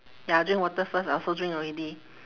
ya drink water first I also drink already